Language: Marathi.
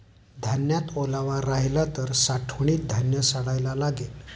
धान्यात ओलावा राहिला तर साठवणीत धान्य सडायला लागेल